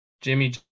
Jimmy